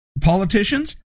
politicians